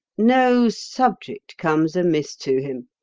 no subject comes amiss to him.